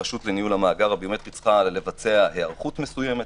הרשות לניהול המאגר הביומטרי צריכה לבצע היערכות מסוימת.